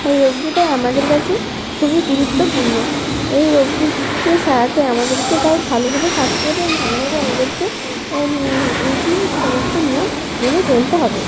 এই রোগটি তাই আমাদের কাছে খুবই গুরুত্বপূর্ণ এই রোগটিকে সারাতে আমাদেরকে তাই ভালোভাবে থাকতে হবে এবং ভালোভাবে আমাদেরকে এইটির সমস্ত নিয়ম মেনে চলতে হবে